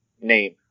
name